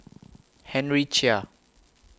Henry Chia